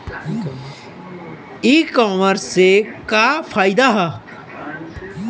ई कामर्स से का फायदा ह?